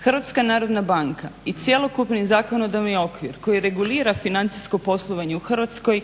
Upravo suprotno, HNB i cjelokupni zakonodavni okvir koji regulira financijsko poslovanje u Hrvatskoj